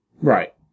Right